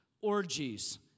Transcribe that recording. orgies